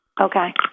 Okay